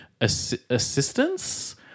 assistance